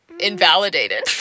invalidated